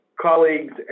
colleagues